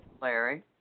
Larry